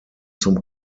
zum